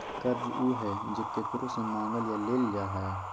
कर्ज उ हइ जे केकरो से मांगल या लेल जा हइ